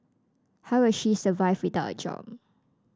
how will she survive without a job